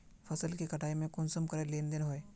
फसल के कटाई में कुंसम करे लेन देन होए?